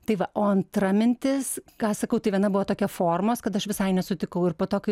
tai va o antra mintis ką sakau tai viena buvo tokia formos kad aš visai nesutikau ir po to kai